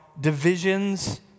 divisions